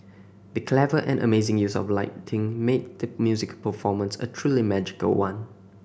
the clever and amazing use of lighting made the musical performance a truly magical one